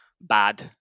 bad